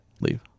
leave